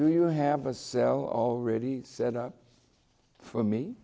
do you have a cell already set up for me